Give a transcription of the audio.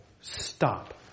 stop